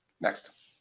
Next